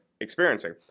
experiencing